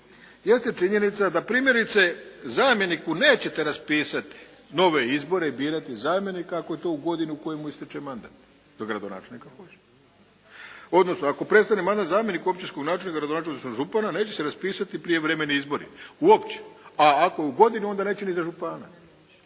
jeste činjenica da primjerice zamjeniku nećete raspisati nove izbore i birati zamjenika ako je to u godini u kojem mu istječe mandata dok gradonačelnika hoće. Odnosno ako prestane mandat zamjeniku općinskog načelnika, gradonačelnika ili župana neće se raspisati prijevremeni izbori, uopće. A ako u godini onda neće ni za župana.